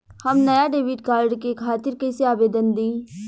हम नया debit card के खातिर कइसे आवेदन दीं?